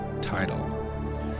title